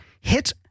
hit